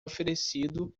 oferecido